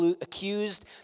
accused